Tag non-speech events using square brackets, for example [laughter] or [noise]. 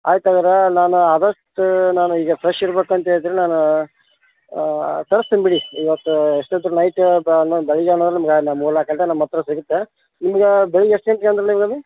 ಆಯ್ತು ಹಂಗಾರ ನಾನು ಆದಷ್ಟು ನಾನು ಈಗ ಫ್ರೆಶ್ ಇರಬೇಕಂತ ಹೇಳಿದ್ರೆ ನಾನು ತರಿಸ್ತೀನಿ ಬಿಡಿ ಇವತ್ತು ಎಷ್ಟು ಇದ್ದರೂ ನೈಟ್ [unintelligible] ಬೆಳಗ್ಗೆ [unintelligible] ನಮ್ಮ ಹತ್ರ ಸಿಗುತ್ತೆ ನಿಮ್ಗೆ ಬೆಳಿಗ್ಗೆ ಎಷ್ಟು ಗಂಟಿಗೆ ಅಂದಿರಿ ನೀವು ಅಲ್ಲಿ